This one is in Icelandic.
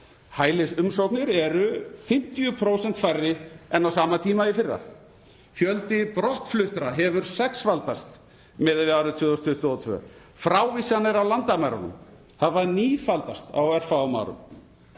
Hælisumsóknir eru 50% færri en á sama tíma í fyrra. Fjöldi brottfluttra hefur sexfaldast miðað við árið 2022. Frávísanir á landamærunum hafa nífaldast á örfáum árum.